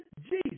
Jesus